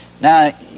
Now